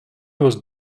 was